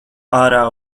ārā